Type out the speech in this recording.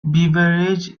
beverages